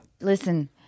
Listen